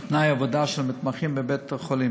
ואת תנאי העבודה של המתמחים בבית-החולים.